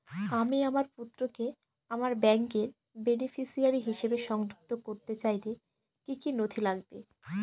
আমি আমার পুত্রকে আমার ব্যাংকের বেনিফিসিয়ারি হিসেবে সংযুক্ত করতে চাইলে কি কী নথি লাগবে?